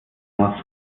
muss